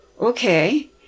okay